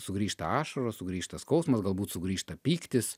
sugrįžta ašaros sugrįžta skausmas galbūt sugrįžta pyktis